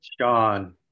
Sean